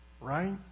right